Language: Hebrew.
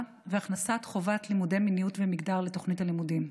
והכנסת חובת לימודי מיניות ומגדר לתוכנית הלימודים,